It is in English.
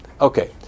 Okay